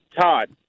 Todd